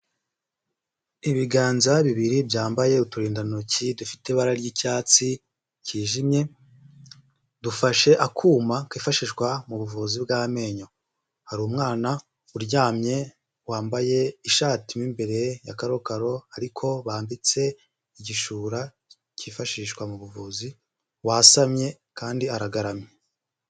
Ibiganza bibiri byambaye uturindantoki dufite ibara ry'icyatsi cyijimye dufashe akuma kifashishwa mu buvuzi bw'amenyo hari umwana uryamye wambaye ishati m'imbere ya karokaro ariko bambitse igishura cyifashishwa mu buvuzi wasamye kandi aragaramye.